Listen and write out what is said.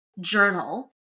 journal